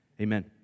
Amen